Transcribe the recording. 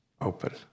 open